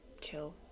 chill